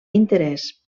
interès